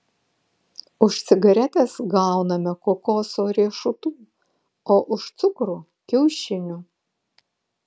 už cigaretes gauname kokoso riešutų o už cukrų kiaušinių